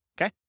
okay